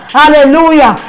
hallelujah